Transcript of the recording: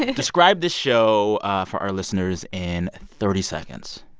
and describe this show for our listeners in thirty seconds,